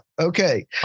Okay